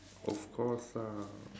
of course lah